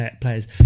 players